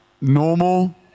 normal